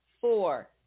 Four